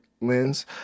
lens